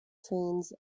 trains